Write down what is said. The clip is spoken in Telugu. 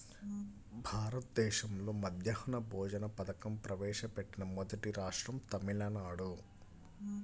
భారతదేశంలో మధ్యాహ్న భోజన పథకం ప్రవేశపెట్టిన మొదటి రాష్ట్రం తమిళనాడు